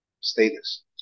status